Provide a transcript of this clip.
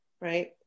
Right